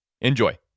Enjoy